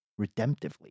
redemptively